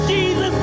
Jesus